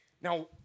Now